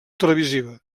televisiva